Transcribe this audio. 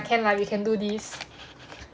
can lah we can do this